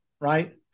right